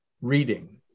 reading